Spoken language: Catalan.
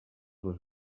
les